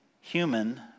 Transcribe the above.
human